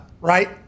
right